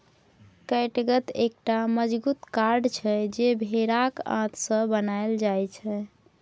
कैटगत एकटा मजगूत कोर्ड छै जे भेराक आंत सँ बनाएल जाइ छै